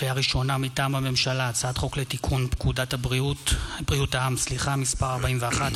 לקריאה ראשונה מטעם הממשלה: הצעת חוק לתיקון פקודת בריאות העם (מס' 41),